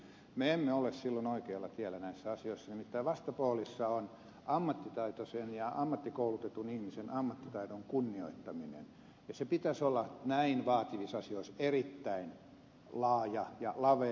me emme ole silloin oikealla tiellä näissä asioissa nimittäin vastapoolissa on ammattitaitoisen ja ammattikoulutetun ihmisen ammattitaidon kunnioittaminen ja sen pitäisi olla näin vaativissa asioissa erittäin laaja ja lavea